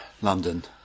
London